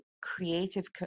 Creative